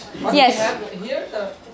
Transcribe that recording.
yes